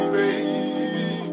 baby